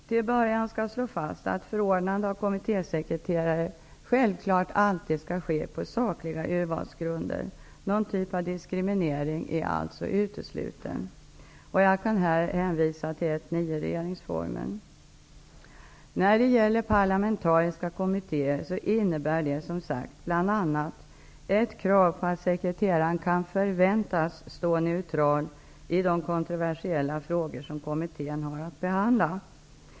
Till att börja med skall slås fast att förordnande av kommittésekreterare självfallet alltid skall ske på sakliga urvalsgrunder. Någon typ av diskriminering är alltså utesluten. Jag kan här hänvisa till 1:9 i regeringsformen. När det gäller parlamentariska kommittéer innebär det bl.a. ett krav på att sekreteraren kan förväntas stå neutral i de kontroversiella frågor som kommittén har att behandla.